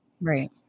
Right